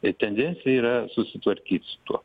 ir tendencija yra susitvarkyt su tuo